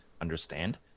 understand